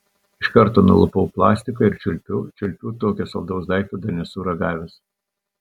iš karto nulupu plastiką ir čiulpiu čiulpiu tokio saldaus daikto dar nesu ragavęs